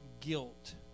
guilt